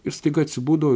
ir staiga atsibudo